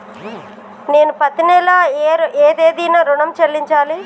నేను పత్తి నెల ఏ తేదీనా ఋణం చెల్లించాలి?